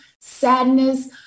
sadness